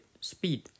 speed